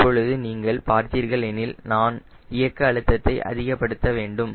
இப்பொழுது நீங்கள் பார்த்தீர்கள் எனில் நான் இயக்க அழுத்தத்தை அதிகப்படுத்த வேண்டும்